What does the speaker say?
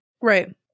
right